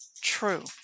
true